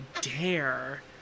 dare